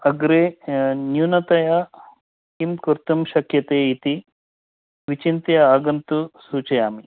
अग्रे न्यूनतया किं कर्तुं शक्यते इति विचिन्त्य आगन्तु सूचयामि